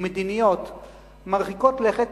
ומדיניות מרחיקות לכת,